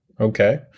okay